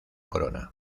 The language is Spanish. corona